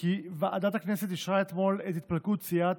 כי ועדת הכנסת אישרה אתמול את התפלגות סיעת